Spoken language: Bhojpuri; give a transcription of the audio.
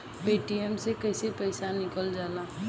पेटीएम से कैसे पैसा निकलल जाला?